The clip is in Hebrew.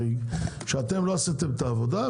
שאתם לא עשיתם את העבודה,